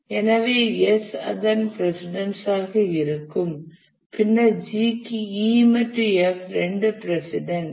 எனவே S அதன் precedence ஆக இருக்கும் பின்னர் G க்கு E மற்றும் F இரண்டும் பிரசிடன்ஸ்